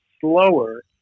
slower